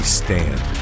stand